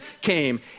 came